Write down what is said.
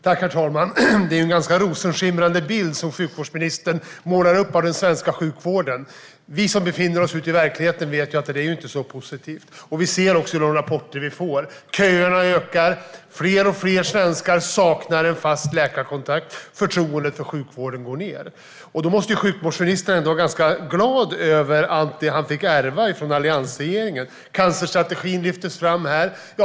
Herr talman! Det är en ganska rosenskimrande bild som sjukvårdsministern målar upp av den svenska sjukvården. Vi som befinner oss ute i verkligheten vet att det inte är så positivt. Vi ser också i de rapporter vi får att köerna ökar, att fler och fler svenskar saknar en fast läkarkontakt och att förtroendet för sjukvården går ned. Då måste sjukvårdsministern ändå vara ganska glad över allt det han fick ärva från alliansregeringen. Cancerstrategin lyftes fram här.